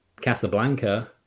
Casablanca